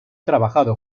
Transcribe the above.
trabajado